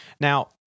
Now